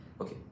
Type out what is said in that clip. Okay